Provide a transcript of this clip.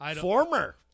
Former